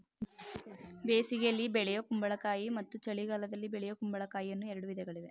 ಬೇಸಿಗೆಯಲ್ಲಿ ಬೆಳೆಯೂ ಕುಂಬಳಕಾಯಿ ಮತ್ತು ಚಳಿಗಾಲದಲ್ಲಿ ಬೆಳೆಯೂ ಕುಂಬಳಕಾಯಿ ಅನ್ನೂ ಎರಡು ವಿಧಗಳಿವೆ